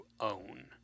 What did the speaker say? own